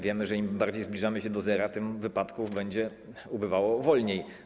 Wiemy, że im bardziej zbliżamy się do zera, tym wypadków będzie ubywało wolniej.